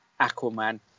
Aquaman